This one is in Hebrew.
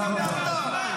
ולהפיל את הממשלה הזאת לאלתר.